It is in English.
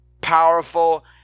powerful